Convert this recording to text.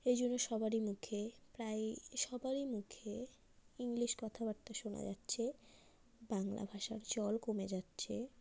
এই জন্য সবারই মুখে প্রায় সবারই মুখে ইংলিশ কথাবার্তা শোনা যাচ্ছে বাংলা ভাষার চল কমে যাচ্ছে